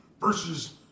versus